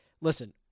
listen